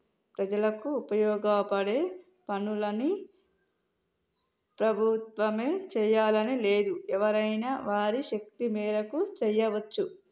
ప్రజలకు ఉపయోగపడే పనులన్నీ ప్రభుత్వమే చేయాలని లేదు ఎవరైనా వారి శక్తి మేరకు చేయవచ్చు